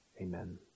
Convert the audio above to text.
Amen